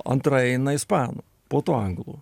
antra eina ispanų po to anglų